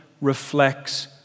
Reflects